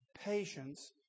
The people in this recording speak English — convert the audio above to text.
patience